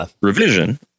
revision